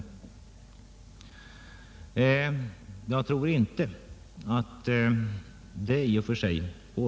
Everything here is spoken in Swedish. Jag tror inte att den bedömningen är riktig.